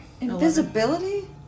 Invisibility